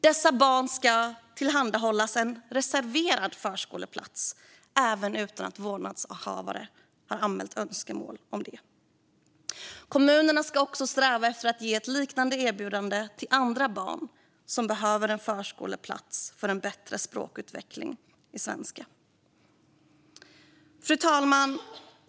Dessa barn ska tillhandahållas reserverad förskoleplats, även utan att vårdnadshavare anmält önskemål om det. Kommunerna ska också sträva efter att ge liknande erbjudanden till andra barn som behöver en förskoleplats för en bättre språkutveckling i svenska. Fru talman!